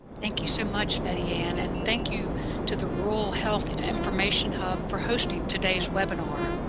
thank you so much, betty-ann, and thank you to the rural health information hub for hosting today's webinar.